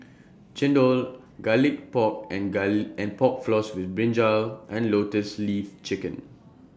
Chendol Garlic Pork and Pork Floss with Brinjal and Lotus Leaf Chicken